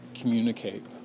Communicate